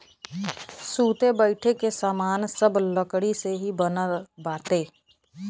सुते बईठे के सामान सब लकड़ी से ही बनत बाटे